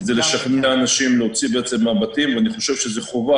אם יש סכומים, אני הבנתי שיש בעיה